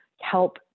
help